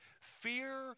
Fear